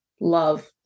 love